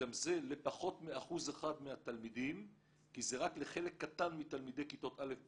וגם זה לפחות מאחוז אחד מהתלמידים כי זה רק לחלק קטן מתלמידי א'-ב',